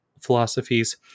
philosophies